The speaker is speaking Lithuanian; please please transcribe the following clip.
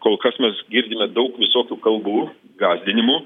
kol kas mes girdime daug visokių kalbų gąsdinimų